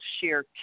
share